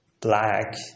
black